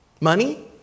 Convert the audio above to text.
Money